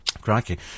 Crikey